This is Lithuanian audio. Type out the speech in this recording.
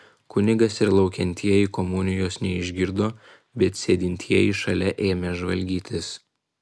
kunigas ir laukiantieji komunijos neišgirdo bet sėdintieji šalia ėmė žvalgytis